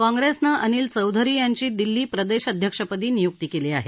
काँग्रेसनं अनिल चौधरी यांची दिल्ली प्रदेशअध्यक्षपदी नियुक्ती केली आहे